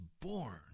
born